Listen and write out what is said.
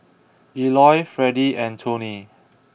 Eloy Fredy and Toney